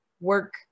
work